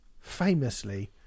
famously